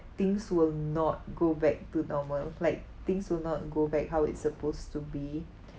things will not go back to normal like things will not go back how it's supposed to be